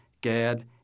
Gad